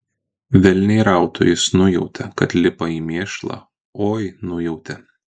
velniai rautų jis nujautė kad lipa į mėšlą oi nujautė